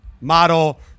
Model